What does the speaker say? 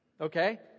Okay